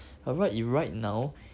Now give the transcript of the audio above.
but what if right now